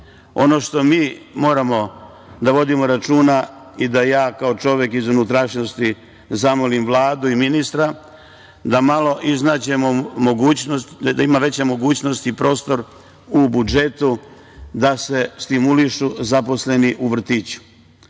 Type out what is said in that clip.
što mi moramo da vodimo računa i da ja kao čovek iz unutrašnjosti zamolim Vladu i ministra da ima veće mogućnosti i prostor u budžetu da se stimulišu zaposleni u vrtiću.